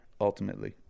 ultimately